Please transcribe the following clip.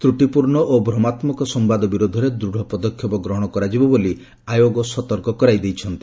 ତ୍ରୁଟିପୂର୍ଣ୍ଣ ଓ ଭ୍ରମାତ୍ମକ ସମ୍ଭାଦ ବିରୋଧରେ ଦୂଢ ପଦକ୍ଷେପ ଗ୍ରହଣ କରାଯିବ ବୋଲି ଆୟୋଗ ଚେତାବନୀ ଦେଇଛନ୍ତି